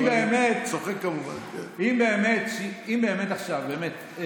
אם באמת עכשיו, באמת,